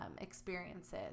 experiences